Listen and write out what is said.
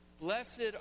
Blessed